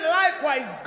likewise